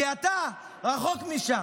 כי אתה רחוק משם.